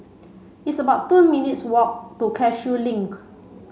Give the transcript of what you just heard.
it's about two minutes' walk to Cashew Link